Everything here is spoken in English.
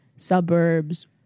suburbs